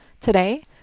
Today